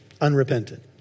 unrepentant